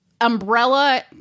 umbrella